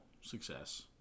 success